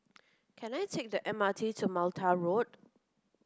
can I take the M R T to Mattar Road